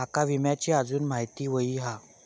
माका विम्याची आजून माहिती व्हयी हा?